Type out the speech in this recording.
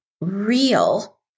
real